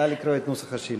נא לקרוא את נוסח השאילתה.